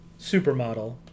supermodel